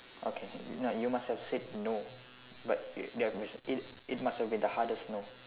okay now you must have said no it it it must have been the hardest no